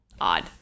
odd